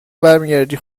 برمیگردی